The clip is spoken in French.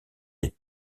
des